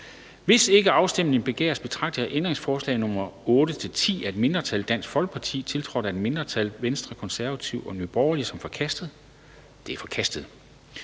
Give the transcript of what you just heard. Hvis ikke afstemning begæres, betragter jeg ændringsforslag nr. 8-10 af et mindretal (DF), tiltrådt af et mindretal (V, KF og NB), som forkastet. De er forkastet.